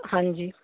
ਹਾਂਜੀ